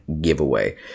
giveaway